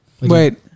Wait